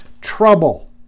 trouble